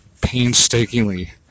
painstakingly